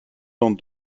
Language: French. tente